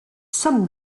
sommes